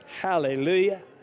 Hallelujah